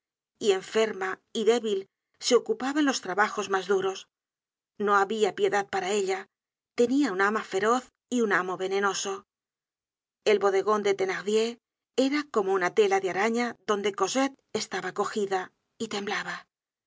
y enferma y débil se ocupaba en los trabajos mas duros no habia piedad para ella tenia una ama feroz y un amo venenoso el bodegon de thenardier era como una tela de araña donde cosette estaba cogida y temblaba